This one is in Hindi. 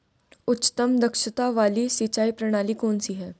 उच्चतम दक्षता वाली सिंचाई प्रणाली कौन सी है?